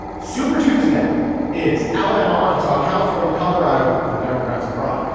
super tuesday is alabama. arkansas. california. colorado. the democrats abroad.